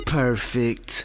perfect